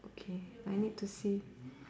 okay I need to see